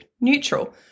neutral